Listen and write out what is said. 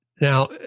now